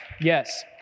yes